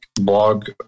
blog